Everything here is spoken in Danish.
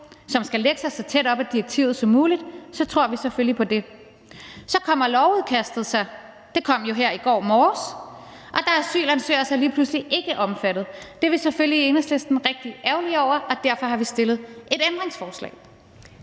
som skal lægge sig så tæt op ad direktivet som muligt, tror vi selvfølgelig på det. Så kommer lovudkastet – det kom jo her i går morges – og der er asylansøgere så lige pludselig ikke omfattet. Det er vi selvfølgelig rigtig ærgerlige over i Enhedslisten, og derfor har vi stillet et ændringsforslag.